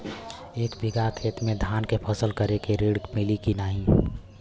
एक बिघा खेत मे धान के फसल करे के ऋण मिली की नाही?